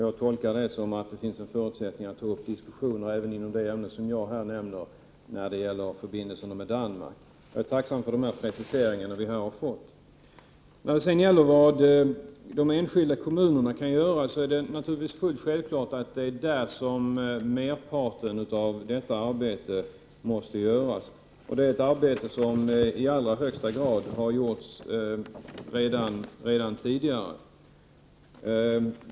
Jag tolkar det som att det finns förutsättningar för en diskussion även inom det ämne jag här nämner när det gäller förbindelserna med Danmark. Jag är tacksam för de preciseringar vi fått. När det gäller vad de enskilda kommunerna kan göra är det naturligtvis självklart att det är där merparten av detta arbete måste göras. Det är ett arbete som i allra högsta grad har gjorts redan tidigare.